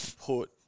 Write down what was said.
put